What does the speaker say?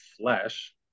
flesh